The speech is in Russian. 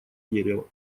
дерева